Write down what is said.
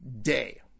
day